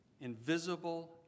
invisible